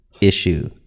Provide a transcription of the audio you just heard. issue